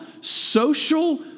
social